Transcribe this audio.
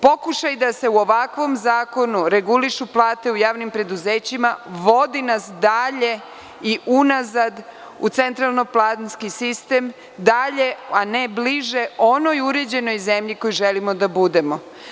Pokušaj da se u ovakvom zakonu regulišu plate u javnim preduzećima vodi nas dalje u nazad u centralno-planski sistem, dalje a ne bliže onoj uređenoj zemlji koja želimo da budemo.